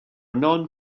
non